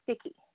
sticky